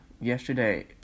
Yesterday